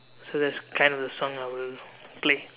so that's kind of the song I will play